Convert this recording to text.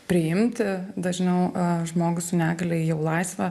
priimti dažniau žmogų su negalia į jau laisvą